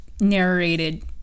narrated